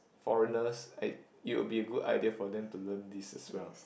foreigners it it would be a good idea for them to learn this as well